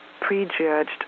prejudged